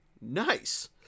nice